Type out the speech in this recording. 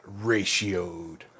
ratioed